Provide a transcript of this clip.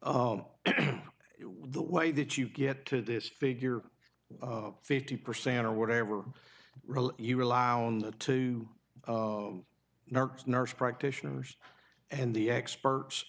yet the way that you get to this figure of fifty percent or whatever you rely on that to nurse nurse practitioners and the experts